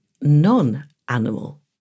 non-animal